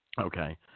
Okay